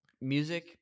music